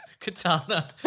Katana